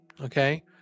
okay